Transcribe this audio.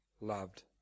loved